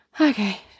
Okay